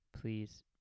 please